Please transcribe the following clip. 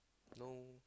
no